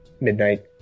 midnight